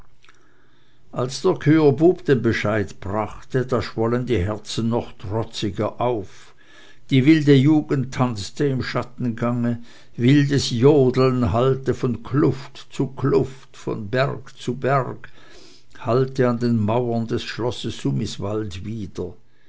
als der kühersbub den bescheid brachte da schwollen die herzen noch trotziger auf die wilde jugend tanzte im schattengange wildes jodeln hallte von kluft zu kluft von berg zu berg hallte an den mauren des schlosses sumiswald wider